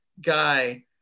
guy